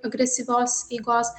agresyvios eigos